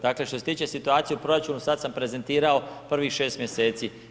Dakle, što se tiče situacije u proračunu, sad sam prezentirao prvih 6 mj.